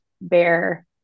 bear